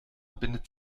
bindet